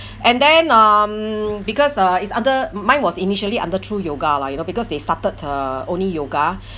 and then um because uh it's under mine was initially under true yoga lah you know because they started uh only yoga